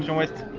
and west